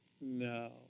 No